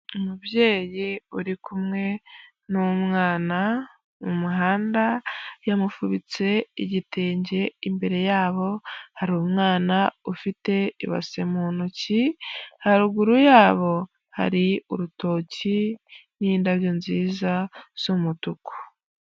Umubyeyi uri kumwe n'umwana mu muhanda yamufubitse igitenge, imbere yabo hari umwana ufite ibase mu ntoki, haruguru yabo hari urutoki n'indabyo nziza z'umutuku.